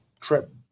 trip